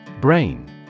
Brain